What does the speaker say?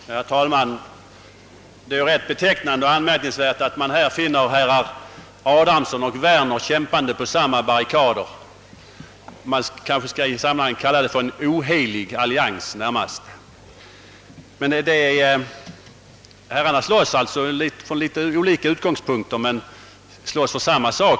Herr talman! Det är betecknande och anmärkningsvärt att man här finner herrar Adamsson och Werner kämpande på samma barrikader — eller man kanske närmast bör tala om en ohelig allians. Herrarna slåss från olika utgångspunkter för samma sak.